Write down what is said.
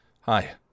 Hi